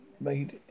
made